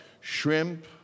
shrimp